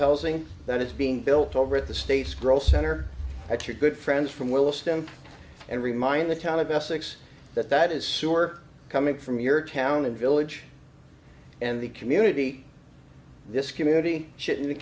housing that is being built over at the state's growth center at your good friends from will stamp and remind the town of essex that that is sewer coming from your town and village and the community this community shit in the